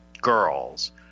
girls